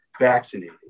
vaccinated